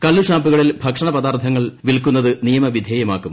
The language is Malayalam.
കള്ളുഷാപ്പുകളിൽ ഭൂഭക്ഷണപദാർത്ഥങ്ങൾ വിൽക്കുന്നത് നിയമവിധേയമാക്കും